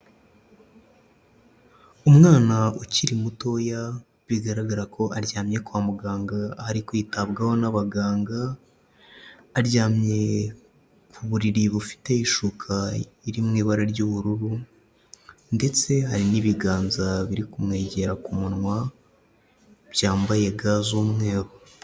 Umwana ukiri mutoya bigaragara ko aryamye kwa muganga aho ari kwitabwaho n'abaganga, aryamye ku buriri bufite ishuka iri mu ibara ry'ubururu ndetse hari n'ibiganza biri kumwegera ku munwa byambaye gants z'umweru.